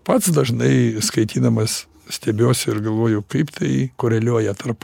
pats dažnai skaitydamas stebiuosi ir galvoju kaip tai koreliuoja tarp